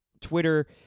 Twitter